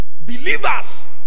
Believers